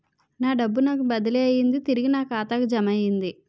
నా డబ్బు నాకు బదిలీ అయ్యింది తిరిగి నా ఖాతాకు జమయ్యింది